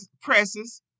presses